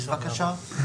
בבקשה?